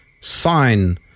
sign